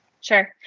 Sure